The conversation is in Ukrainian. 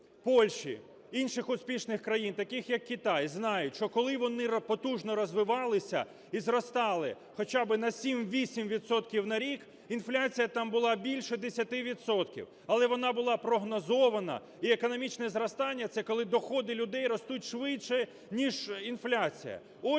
Польщі, інших успішних країн, таких як Китай, - знають, що коли вони потужно розвивалися і зростали хоча би на 7-8 відсотків на рік, інфляція там була більше 10 відсотків, але вона була прогнозована. І економічне зростання – це коли доходи людей ростуть швидше, ніж інфляція.